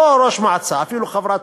לא ראש מועצה, אפילו חברה.